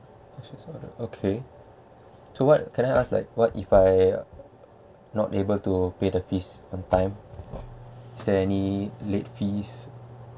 okay so what can I ask like what if I not able to pay the fees on time is there any late fees